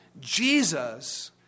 Jesus